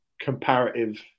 comparative